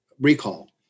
recall